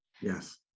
Yes